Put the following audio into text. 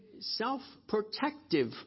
self-protective